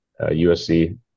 USC